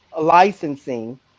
licensing